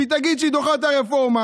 שהיא תגיד שהיא דוחה את הרפורמה,